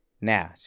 Now